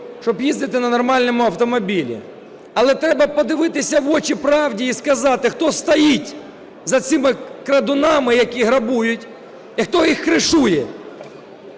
щоб їздити на нормальному автомобілі. Але треба подивитися в очі правді і сказати, хто стоїть за цими крадунами, які грабують, і хто їх кришує.